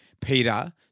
Peter